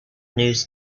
news